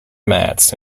mats